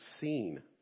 seen